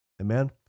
Amen